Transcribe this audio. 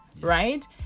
right